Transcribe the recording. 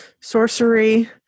sorcery